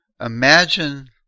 imagine